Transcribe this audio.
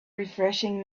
refreshing